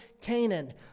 Canaan